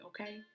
okay